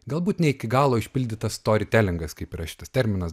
galbūt ne iki galo išpildytas storitelinga kaip yra šitas terminas